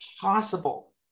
possible